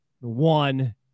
one